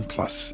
Plus